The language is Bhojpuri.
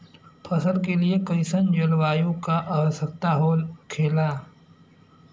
फसल के लिए कईसन जलवायु का आवश्यकता हो खेला?